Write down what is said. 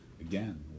again